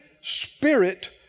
spirit